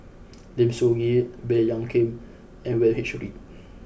Lim Soo Ngee Baey Yam Keng and William H Read